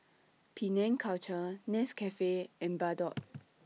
Penang Culture Nescafe and Bardot